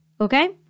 Okay